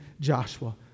Joshua